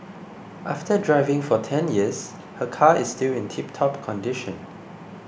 after driving for ten years her car is still in tiptop condition